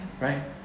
right